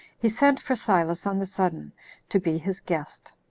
he sent for silas on the sudden to be his guest.